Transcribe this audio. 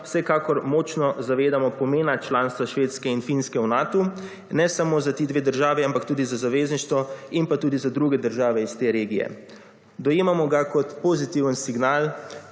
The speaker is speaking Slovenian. vsekakor močno zavedamo pomena članstva Švedske in Finske v Natu in ne samo za ti dve državi, ampak tudi za zavezništvo in pa tudi za druge države iz te regije. Dojemamo ga kot pozitiven signal